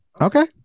Okay